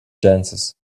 chances